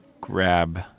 grab